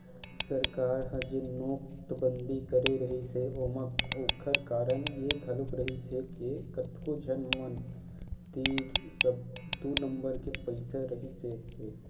सरकार ह जेन नोटबंदी करे रिहिस हे ओमा ओखर कारन ये घलोक रिहिस हे के कतको झन मन तीर सब दू नंबर के पइसा रहिसे हे